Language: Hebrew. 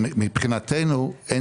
מבחינתנו אין